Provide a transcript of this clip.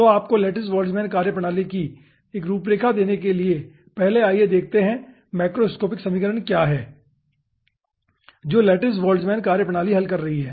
तो आपको lattice Boltzmann कार्यप्रणाली की 1 रूपरेखा देने के लिए पहले आइए देखते हैं कि मैक्रोस्कोपिक समीकरण क्या हैं जो लैटिस बोल्ट्जमैन कार्यप्रणाली हल कर रही है